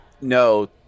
No